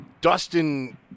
Dustin